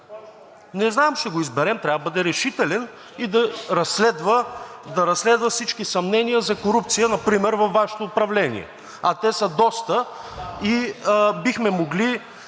Не знам. Ще го изберем. Трябва да е решителен и да разследва всички съмнения за корупция – например във Вашето управление, а те са доста и би могло